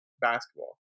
basketball